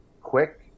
quick